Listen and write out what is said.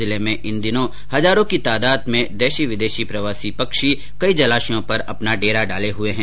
जिले में इन दिनों हजारों की तादाद में देशी विदेशी प्रवासी पक्षी कई जलाशयों पर अपना डेरा डाले हए है